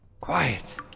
Quiet